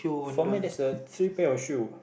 for me there is a three pair of shoe